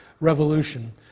revolution